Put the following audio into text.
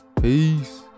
Peace